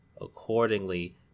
accordingly